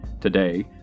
Today